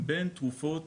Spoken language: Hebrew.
בין תרופות